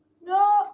No